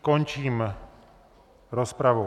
Končím rozpravu.